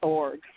org